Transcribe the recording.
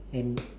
and